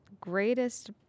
greatest